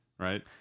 right